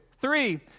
three